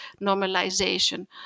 normalization